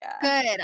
Good